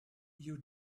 you